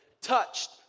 touched